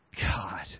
god